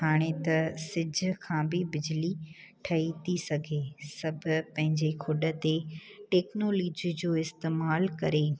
हाणे त सिज खां बि बिजली ठही थी सघे सभु पंहिंजे खुड ते टैक्नोलॉजी जो इस्तेमाल करे